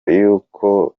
y’uko